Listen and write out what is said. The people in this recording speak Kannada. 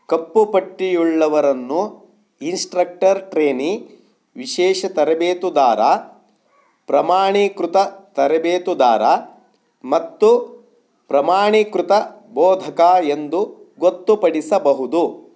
ಕಪ್ಪು ಪಟ್ಟಿಯುಳ್ಳವರನ್ನು ಇನ್ಸ್ಟ್ರಕ್ಟರ್ ಟ್ರೇನಿ ವಿಶೇಷ ತರಬೇತುದಾರ ಪ್ರಮಾಣೀಕೃತ ತರಬೇತುದಾರ ಮತ್ತು ಪ್ರಮಾಣೀಕೃತ ಬೋಧಕ ಎಂದು ಗೊತ್ತುಪಡಿಸಬಹುದು